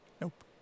Nope